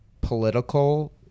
political